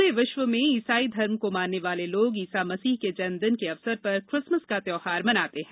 पूरे विश्व में ईसाई धर्म को मानने वाले लोग ईसा मसीह के जन्मदिन के अवसर पर क्रिसमस का त्यौहार मनाते हैं